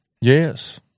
Yes